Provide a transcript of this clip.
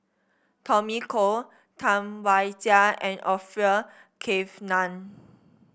Tommy Koh Tam Wai Jia and Orfeur Cavenagh